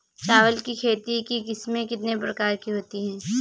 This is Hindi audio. चावल की खेती की किस्में कितने प्रकार की होती हैं?